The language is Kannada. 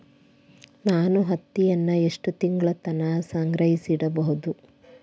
ನಾನು ಹತ್ತಿಯನ್ನ ಎಷ್ಟು ತಿಂಗಳತನ ಸಂಗ್ರಹಿಸಿಡಬಹುದು?